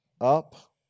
up